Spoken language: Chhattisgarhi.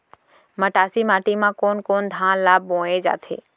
मटासी माटी मा कोन कोन धान ला बोये जाथे?